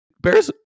Bears